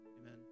amen